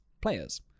Players